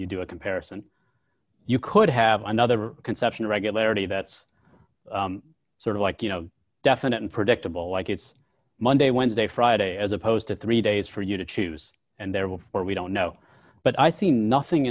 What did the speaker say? you do a comparison you could have another conception regularity that's sort of like you know definite and predictable like it's monday wednesday friday as opposed to three days for you to choose and therefore we don't know but i see nothing